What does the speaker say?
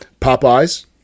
Popeyes